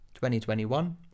2021